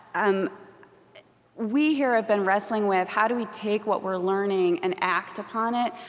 um we here have been wrestling with, how do we take what we're learning and act upon it?